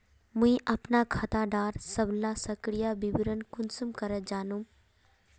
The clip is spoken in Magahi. मुई अपना खाता डार सबला सक्रिय विवरण कुंसम करे जानुम?